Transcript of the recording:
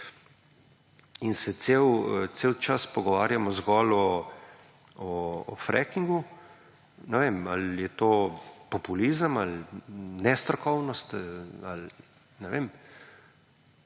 in se cel čas pogovarjamo zgolj o frackingu, ne vem ali je to populizem ali nestrokovnost ali ne vem.